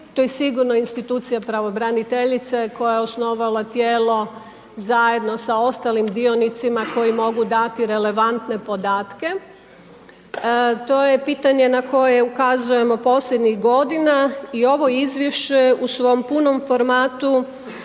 to je sigurno institucija pravobraniteljice koja je osnovala tijelo zajedno sa ostalim dionicima koji mogu dati relevantne podatke. To je pitanje na koje ukazujemo posljednjih godina i ovo izvješće u svom punom formatu